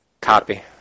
copy